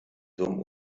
dumm